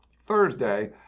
Thursday